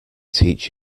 teach